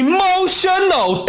Emotional